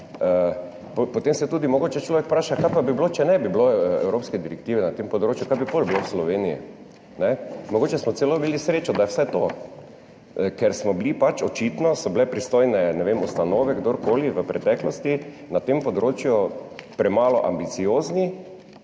Potem se tudi mogoče človek vpraša, kaj pa bi bilo, če ne bi bilo evropske direktive na tem področju, kaj bi potem bilo v Sloveniji. Mogoče smo celo imeli srečo, da je vsaj to, ker smo bili pač očitno, ne vem, pristojne ustanove, kdorkoli, v preteklosti na tem področju premalo ambiciozni,